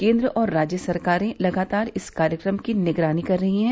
केंद्र और राज्य सरकारें लगातार इस कार्यक्रम की निगरानी कर रही हैं